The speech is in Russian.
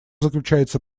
заключается